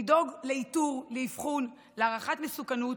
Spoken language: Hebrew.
לדאוג לאיתור, לאבחון, להערכת מסוכנות,